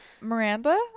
Miranda